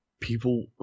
people